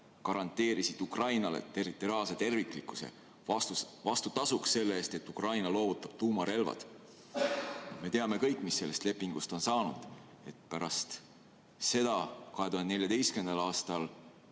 garanteerisid Ukrainale territoriaalse terviklikkuse vastutasuks selle eest, et Ukraina loovutab tuumarelvad. Me teame kõik, mis sellest lepingust on saanud. 2014. aastal